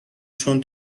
چون